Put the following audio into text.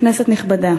כנסת נכבדה,